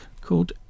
called